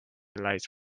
light